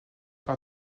par